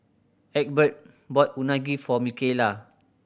Egbert bought Unagi for Mikayla